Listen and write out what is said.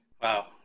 Wow